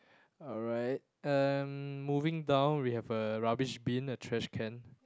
alright uh moving down we have a rubbish bin a trash can